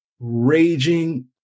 Raging